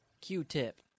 Q-Tip